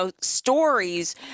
stories